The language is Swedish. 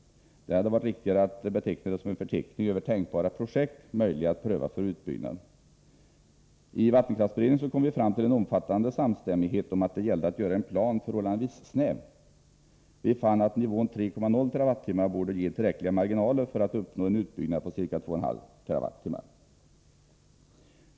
Det hade varit riktigare att beteckna det som en förteckning över tänkbara projekt, möjliga att pröva för utbyggnad. I vattenkraftsberedningen kom vi fram till en omfattande samstämmighet om att det gällde att göra en plan förhållandevis snäv. Vi fann att nivån 3,0 TWn borde ge tillräckliga marginaler för att uppnå en utbyggnad av ca 2,5 TWh.